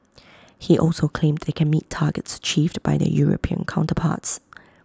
he also claimed they can meet targets achieved by their european counterparts